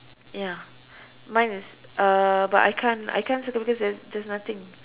ya mine is uh but I can't I can't circle because there's there's nothing